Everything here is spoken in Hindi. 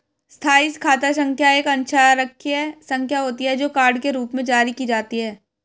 स्थायी खाता संख्या एक अक्षरांकीय संख्या होती है, जो कार्ड के रूप में जारी की जाती है